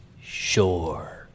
Sure